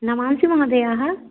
नमांसि महोदयाः